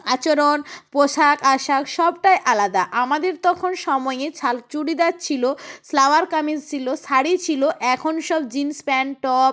আচরণ পোশাক আশাক সবটাই আলাদা আমাদের তখন সময়ে সাল চুড়িদার ছিলো সালোয়ার কামিজ ছিলো শাড়ি ছিলো এখন সব জিন্স প্যান্ট টপ